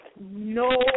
no